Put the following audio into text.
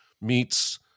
meets